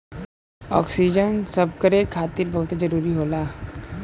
oxygen सभकरे खातिर बहुते जरूरी होला